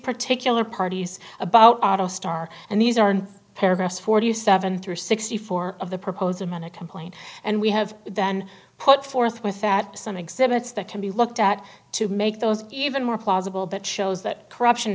particular parties about auto star and these are in paragraphs forty seven through sixty four of the proposal man a complaint and we have then put forth with that some exhibits that can be looked at to make those even more plausible but shows that corruption